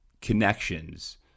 connections